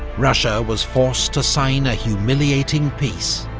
russia was forced to sign a humiliating peace,